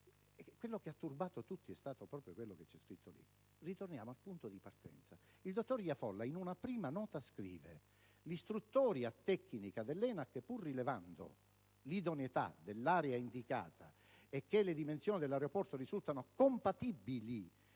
Ciò che ha turbato tutti è stato proprio quanto c'è scritto lì.